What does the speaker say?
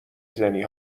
زنی